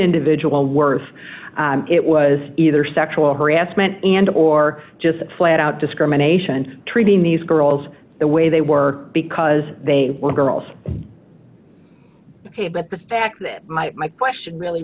individual words it was either sexual harassment and or just flat out discrimination treating these girls the way they were because they were girls ok but the fact that my question really